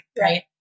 right